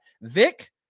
Vic